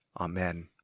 Amen